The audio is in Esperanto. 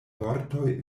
vortoj